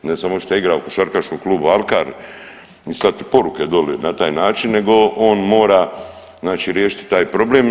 Ne samo što je igrao u košarkaškom klubu Alkar i slati poruke doli na taj način, nego on mora znači riješiti taj problem.